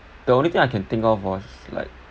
the only thing I can think of was like